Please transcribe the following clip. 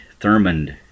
Thurmond